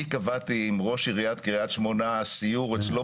אני קבעתי עם ראש עיריית קריית שמונה סיור אצלו